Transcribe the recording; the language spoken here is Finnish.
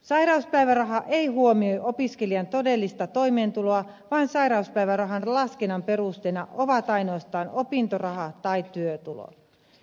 sairauspäiväraha ei huomioi opiskelijan todellista toimeentuloa vaan sairauspäivärahan laskennan perusteena ovat ainoastaan opintoraha tai työtulo